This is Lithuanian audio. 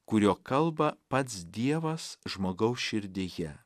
kuriuo kalba pats dievas žmogaus širdyje